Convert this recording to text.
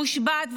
מושבת,